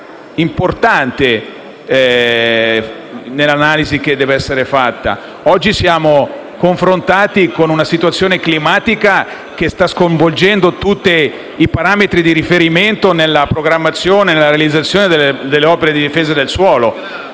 importante nell'analisi che deve essere fatta. Ci confrontiamo oggi con una situazione climatica che sta sconvolgendo tutti i parametri di riferimento nella programmazione e nella realizzazione delle opere di difesa del suolo.